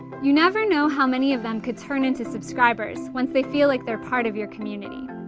you never know how many of them could turn into subscribers once they feel like they're part of your community.